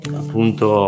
appunto